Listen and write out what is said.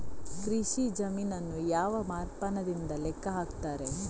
ಕೃಷಿ ಜಮೀನನ್ನು ಯಾವ ಮಾಪನದಿಂದ ಲೆಕ್ಕ ಹಾಕ್ತರೆ?